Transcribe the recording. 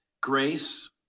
grace